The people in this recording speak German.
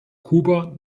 kuba